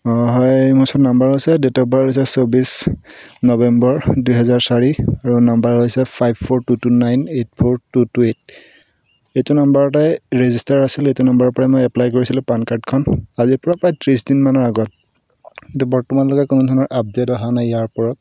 অঁ হয় মোৰ ওচৰত নাম্বাৰো আছে ডেট অফ বাৰ্থ আছে চৌব্বিছ নবেম্বৰ দুহেজাৰ চাৰি আৰু নাম্বাৰ হৈছে five four two two nine eight four two two eight এইটো নাম্বাৰতে ৰেজিষ্টাৰ আছিল এইটো নাম্বাৰৰপৰাই মই এপ্লাই কৰিছিলোঁ পান কাৰ্ডখন আজিৰপৰা প্ৰায় ত্ৰিছদিনমানৰ আগত কিন্তু বৰ্তমানলৈকে কোনো ধৰণৰ আপডেট আহা নাই ইয়াৰ ওপৰত